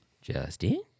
Justin